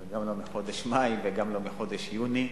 וגם לא מחודש מאי וגם לא מחודש יוני.